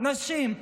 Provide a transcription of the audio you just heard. הנשים,